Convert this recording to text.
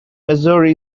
missouri